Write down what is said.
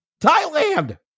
Thailand